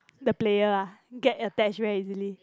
the player ah get attached very easily